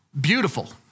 beautiful